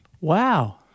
Wow